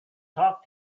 talk